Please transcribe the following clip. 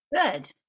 Good